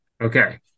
Okay